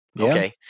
okay